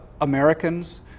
Americans